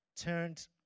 turned